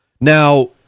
Now